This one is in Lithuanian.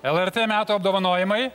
lrt metų apdovanojimai